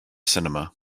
cinema